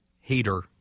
hater